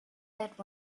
that